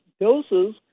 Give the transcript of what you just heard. doses